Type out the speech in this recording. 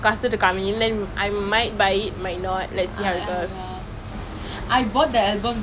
I probably I now watching the teasers already right I I like in my grave already lah